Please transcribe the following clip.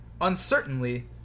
uncertainly